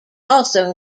also